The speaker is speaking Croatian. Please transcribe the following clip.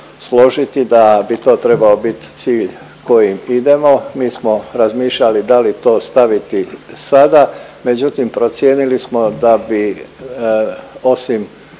složiti da bi to trebao biti cilj kojem idemo. Mi smo razmišljali da li to staviti sada, međutim, procijenili smo da bi osim